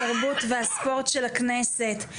התרבות והספורט של הכנסת.